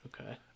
Okay